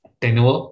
tenure